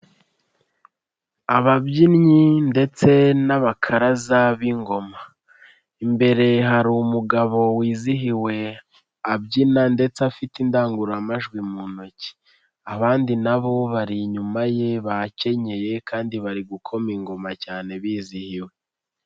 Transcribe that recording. Ababyinnyi ndetse n'abakaraza b'ingoma, imbere hari umugabo wizihiwe abyina ndetse afite indangururamajwi mu ntoki, abandi na bo bari inyuma ye bakenyeye kandi bari gukoma ingoma cyane bizihiwe.